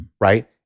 right